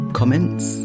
comments